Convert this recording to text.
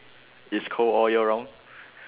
it's cold all year round